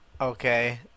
Okay